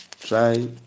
try